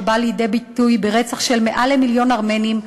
שבא לידי ביטוי ברצח של מעל מיליון ארמנים,